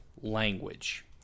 language